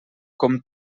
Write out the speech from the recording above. com